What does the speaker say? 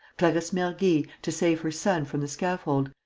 clarisse mergy, to save her son from the scaffold,